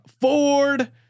Ford